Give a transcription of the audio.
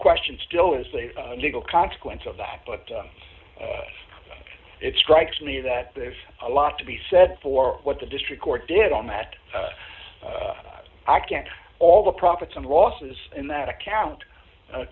question still is a legal consequence of that but it strikes me that there's a lot to be said for what the district court did on that i can't all the profits and losses in that account